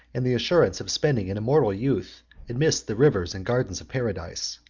and the assurance of spending an immortal youth amidst the rivers and gardens of paradise,